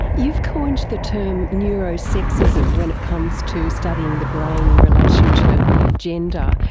you've coined the term neuro-sexism when it comes to studying the brain in relation to gender.